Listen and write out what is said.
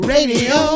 Radio